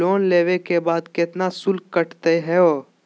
Loan लेवे के बाद केतना शुल्क कटतही हो?